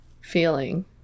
feeling